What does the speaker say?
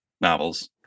novels